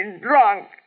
drunk